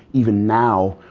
even now,